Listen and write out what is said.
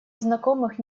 знакомых